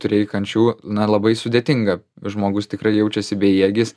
turėjai kančių na labai sudėtinga žmogus tikrai jaučiasi bejėgis